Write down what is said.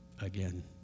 again